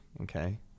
okay